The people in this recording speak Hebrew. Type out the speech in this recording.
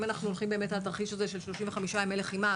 אם אנחנו הולכים על התרחיש הזה של 35 ימי לחימה,